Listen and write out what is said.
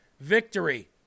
Victory